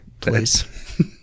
Please